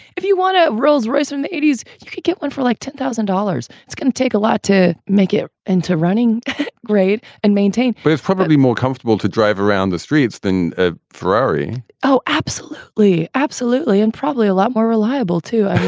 if you want a a rolls royce in the eighty s, you could get one for like ten thousand dollars. it's going to take a lot to make it into running grade and maintain, but it's probably more comfortable to drive around the streets than a ferrari oh, absolutely. absolutely. and probably a lot more reliable, too.